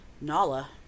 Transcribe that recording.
Nala